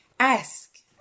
Ask